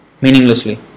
meaninglessly